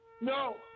No